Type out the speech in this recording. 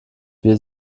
wir